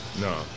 No